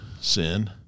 sin